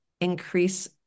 increase